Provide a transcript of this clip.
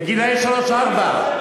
לגילאי שלוש ארבע.